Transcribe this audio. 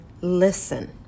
listen